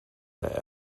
der